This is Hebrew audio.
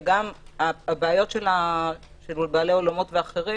וגם הבעיות של בעלי האולמות ואחרים